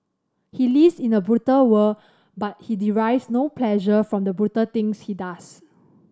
he lives in a brutal world but he derives no pleasure from the brutal things he does